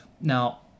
Now